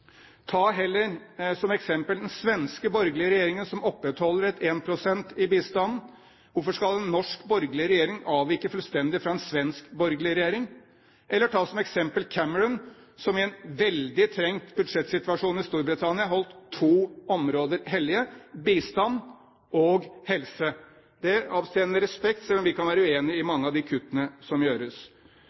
Ta heller som eksempel den svenske borgerlige regjeringen, som opprettholder 1 pst. i bistand. Hvorfor skal en norsk borgerlig regjering avvike fullstendig fra en svensk borgerlig regjering? Eller ta som eksempel Cameron, som i en veldig trengt budsjettsituasjon i Storbritannia holdt to områder hellige: bistand og helse. Det inngir respekt, selv om vi kan være uenige i mange av de kuttene som gjøres.